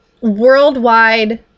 worldwide